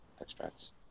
extracts